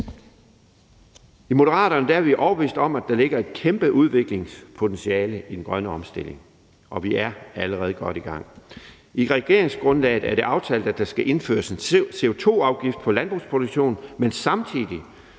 I Moderaterne er vi overbevist om, at der ligger et kæmpe udviklingspotentiale i den grønne omstilling, og vi er allerede godt i gang. I regeringsgrundlaget er det aftalt, at der skal indføres en CO2-afgift på landbrugsproduktion, men samtidig